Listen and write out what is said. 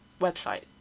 website